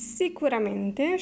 sicuramente